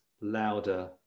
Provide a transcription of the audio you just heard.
louder